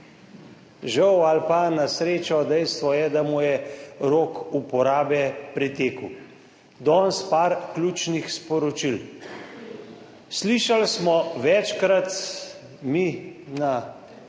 Žal ali pa na srečo. Dejstvo je, da mu je rok uporabe pretekel. Danes nekaj ključnih sporočil. Slišali smo večkrat, mi na